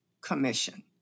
commission